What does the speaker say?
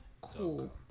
cool